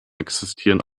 existieren